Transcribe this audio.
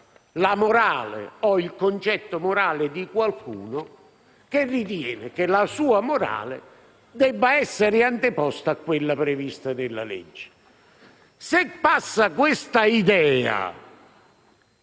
la morale o il concetto morale di qualcuno che ritiene debba essere anteposta a quella prevista dalla legge. Se passa l'idea